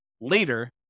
later